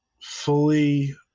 fully